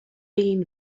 been